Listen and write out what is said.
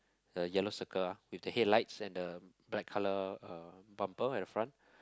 a yellow circle ah with the headlights and the black colour uh bumper at the front